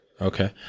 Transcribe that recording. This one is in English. Okay